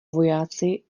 vojáci